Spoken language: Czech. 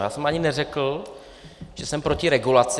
Já jsem ani neřekl, že jsem proti regulaci.